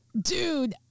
dude